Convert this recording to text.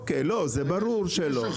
אוקיי, ברור.